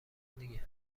دیگه